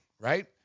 right